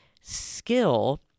skill